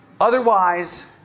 Otherwise